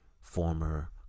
former